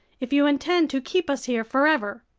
if you intend to keep us here forever.